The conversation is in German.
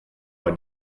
bei